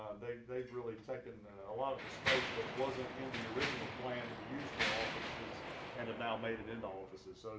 they've they've really taken a lot of the space that wasn't in the original plan to be used for offices and have now made it into offices. so